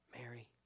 Mary